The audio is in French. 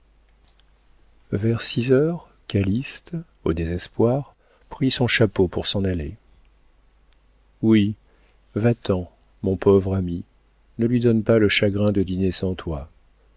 vers six heures calyste au désespoir prit son chapeau pour s'en aller oui va-t'en mon pauvre ami ne lui donne pas le chagrin de dîner sans toi